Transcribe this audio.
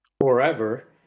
forever